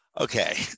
Okay